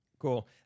Cool